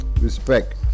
Respect